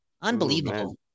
Unbelievable